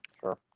Sure